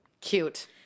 Cute